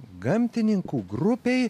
gamtininkų grupei